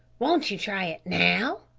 won't ye try it now?